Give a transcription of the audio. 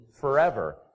forever